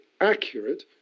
accurate